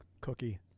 cookie